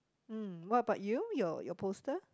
mm what about you your your poster